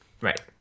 right